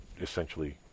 essentially